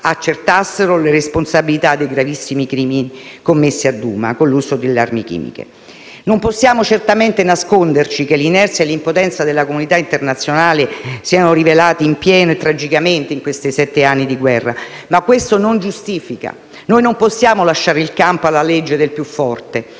Non possiamo certamente nasconderci che l'inerzia e l'impotenza della comunità internazionale si siano rivelate in pieno e tragicamente in questi sette anni di guerra, ma questo non giustifica; noi non possiamo lasciare il campo alla legge del più forte,